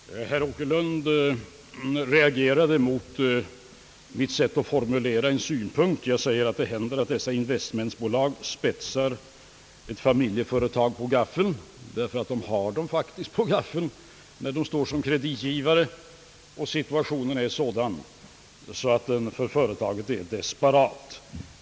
Herr talman! Herr Åkerlund reagerade mot mitt sätt att formulera en synpunkt. Jag sade att det händer att investmentbolagen »spetsar familjeföretag på gaffeln»; de har dem ju faktiskt på gaffeln när de står som kreditgivare och företagets situation är desperat.